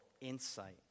insight